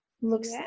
looks